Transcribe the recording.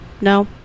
No